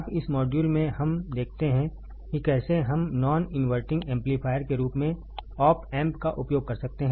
अब इस मॉड्यूल में हम देखते हैं कि कैसे हम नॉन इनवर्टिंग एम्पलीफायर के रूप में आप एम्प का उपयोग कर सकते हैं